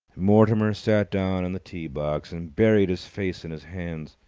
mortimer sat down on the tee-box, and buried his face in his hands.